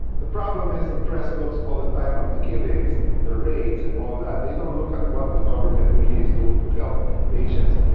the problem is, the press looks all the time at ah the killings, the raids, and all that. they don't look at what the government really is doing to help patients.